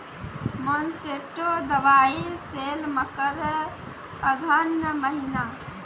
Monsanto दवाई sale मकर अघन महीना,